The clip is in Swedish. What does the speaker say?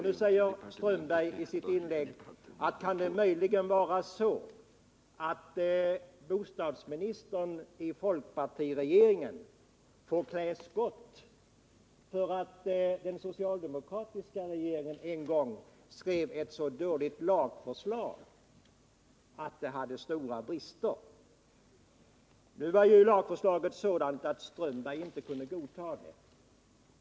Nu frågar sig herr Strömberg om det möjligen kan vara så, att bostadsministern i folkpartiregeringen får klä skott för att den socialdemokratiska regeringen en gång skrev ett så dåligt lagförslag. Nu kunde inte herr Strömberg godta lagförslaget, men vi kunde göra det.